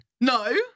No